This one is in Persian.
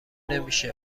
نمیشه